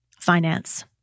finance